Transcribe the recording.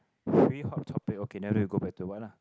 free hot topic okay and then we'll go back to the what lah